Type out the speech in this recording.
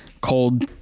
cold